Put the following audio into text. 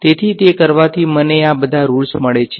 તેથી તે કરવાથી મને આ બધા રુલ્સ મળે છે